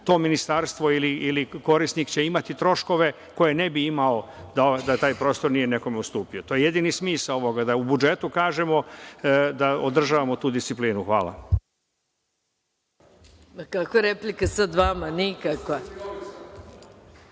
to ministarstvo ili korisnik će imati troškove koje ne bi imao da taj prostor nije nekome ustupio. To je jedini smisao ovoga, da u budžetu kažemo da održavamo tu disciplinu. Hvala.(Marko Đurišić, s mesta: